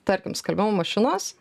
tarkim skalbimo mašinos